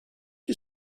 you